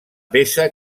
peça